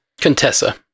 Contessa